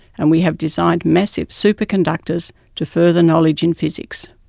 and we have designed massive superconductors to further knowledge in physics.